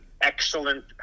excellent